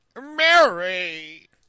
Mary